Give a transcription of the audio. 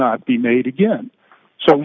not be made again so